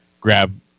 grab